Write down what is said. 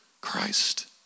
Christ